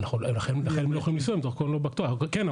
כן.